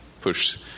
push